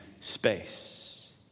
space